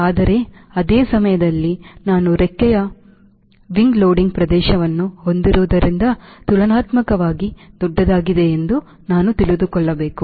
ಆದರೆ ಅದೇ ಸಮಯದಲ್ಲಿ ನಾನು ರೆಕ್ಕೆಯ ಕಡಿಮೆ ವಿಂಗ್ ಲೋಡಿಂಗ್ ಪ್ರದೇಶವನ್ನು ಹೊಂದಿರುವುದರಿಂದ ತುಲನಾತ್ಮಕವಾಗಿ ದೊಡ್ಡದಾಗಿದೆ ಎಂದು ನಾವು ತಿಳಿದುಕೊಳ್ಳಬೇಕು